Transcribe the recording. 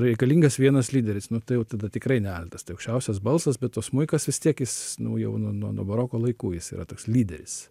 reikalingas vienas lyderis nu tai jau tada tikrai ne altas tai aukščiausias balsas bet o smuikas vis tiek jis nu jau nuo nuo nuo baroko laikų jis yra toks lyderis